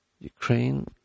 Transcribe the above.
Ukraine